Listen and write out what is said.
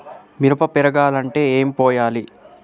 మిరప పెరగాలంటే ఏం పోయాలి?